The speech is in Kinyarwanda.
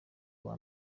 uwa